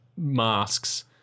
masks